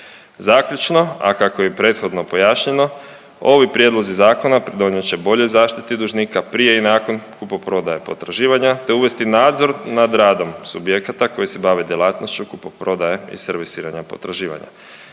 Zaključno, a kako je i prethodno pojašnjeno ovi prijedlozi zakona pridonijet će boljoj zaštiti dužnika prije i nakon kupoprodaje potraživanja te uvesti nadzor nad radom subjekata koji se bave djelatnošću kupoprodaje i servisiranja potraživanja.